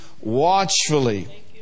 watchfully